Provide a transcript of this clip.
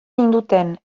ninduten